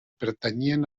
pertanyien